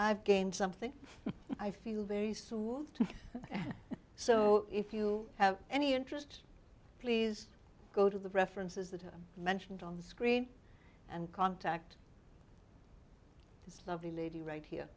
i've gained something i feel very soon so if you have any interest please go to the references that i mentioned on the screen and contact this lovely lady right here